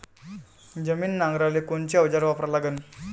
जमीन नांगराले कोनचं अवजार वापरा लागन?